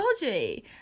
dodgy